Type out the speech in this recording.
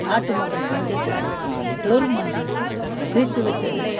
நாட்டு மக்கள் பஞ்சத்தை கவுர்மெண்டு தீர்த்து வைத்தது